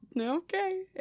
Okay